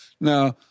Now